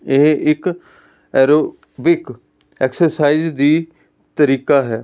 ਇਹ ਇੱਕ aerobic exercise ਦਾ ਤਰੀਕਾ ਹੈ